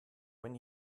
when